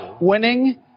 winning